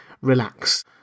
relax